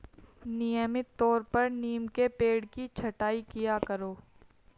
नियमित तौर पर नीम के पेड़ की छटाई किया करो